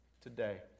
today